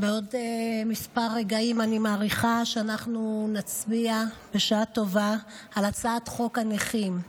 אני מעריכה שבעוד כמה רגעים אנחנו נצביע בשעה טובה על הצעת חוק הנכים.